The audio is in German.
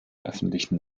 öffentlichen